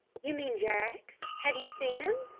you mean jaggs? have you seen him?